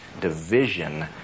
division